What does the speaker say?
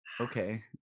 okay